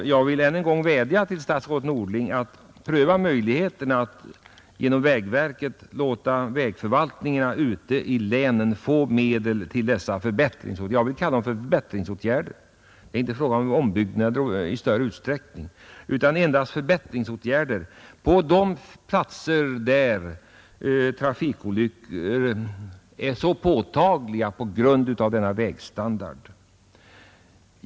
Jag vill än en gång vädja till statsrådet Norling att pröva möjligheterna inom vägverket att låta vägförvaltningarna ute i länen få medel till vad jag vill kalla förbättringsåtgärder. Det är inte fråga om några ombyggnader i större utsträckning utan endast om förbättringsåtgärder på de platser där olycksfrekvensen är påtaglig på grund av vägarnas standard.